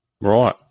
right